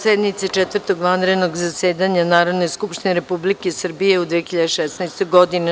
sednice Četvrtog vanrednog zasedanja Narodne skupštine Republike Srbije u 2016. godini.